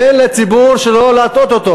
תן לא להטעות את הציבור.